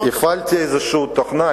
הפעלתי איזו תוכנה.